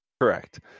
Correct